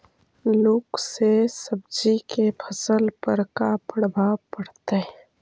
लुक से सब्जी के फसल पर का परभाव पड़तै?